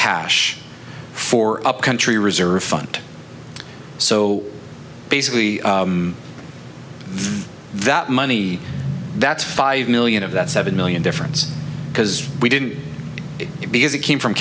cash for a country reserve fund so basically that money that's five million of that seven million difference because we didn't get it because it came from